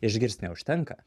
išgirst neužtenka